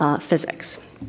physics